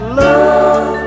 love